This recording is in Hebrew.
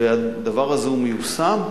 והדבר הזה מיושם,